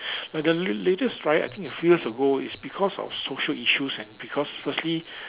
like the la~ latest riot I think a few years ago is because of social issues and because firstly